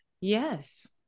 Yes